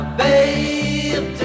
babe